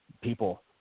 people